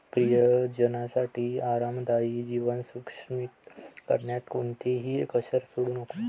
प्रियजनांसाठी आरामदायी जीवन सुनिश्चित करण्यात कोणतीही कसर सोडू नका